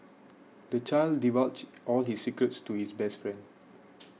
the child divulged all his secrets to his best friend